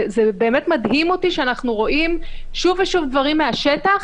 זה באמת מדהים אותי שאנחנו רואים שוב ושוב דברים מהשטח,